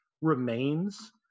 remains